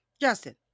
justin